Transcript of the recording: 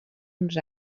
uns